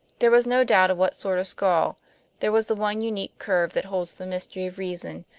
there was no doubt of what sort of skull there was the one unique curve that holds the mystery of reason,